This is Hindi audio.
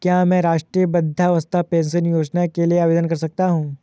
क्या मैं राष्ट्रीय वृद्धावस्था पेंशन योजना के लिए आवेदन कर सकता हूँ?